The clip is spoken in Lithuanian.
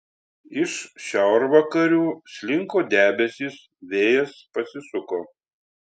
iš šiaurvakarių slinko debesys vėjas pasisuko